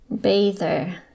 bather